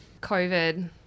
COVID